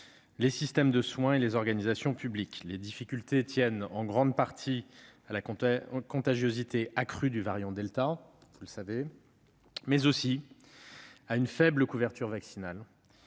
les systèmes de soins et les organisations publiques. Vous le savez, les difficultés tiennent en grande partie à la contagiosité accrue du variant delta, mais également à une faible couverture vaccinale,